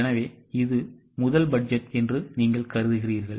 எனவே இது முதல் பட்ஜெட் என்று நீங்கள் கருதுகிறீர்கள்